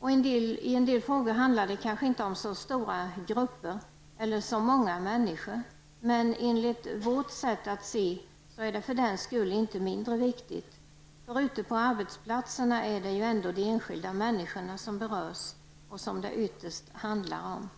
Det handlar i en del frågor kanske inte om så stora grupper eller så många människor, men enligt vårt sätt att se är det för den skull inte mindre viktigt. Det handlar ju ändå ytterst om de enskilda människorna som berörs ute på arbetsplatserna.